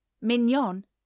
Mignon